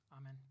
Amen